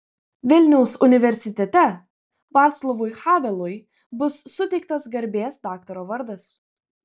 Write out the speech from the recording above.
vilniaus universitete vaclavui havelui bus suteiktas garbės daktaro vardas